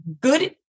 good